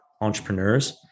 entrepreneurs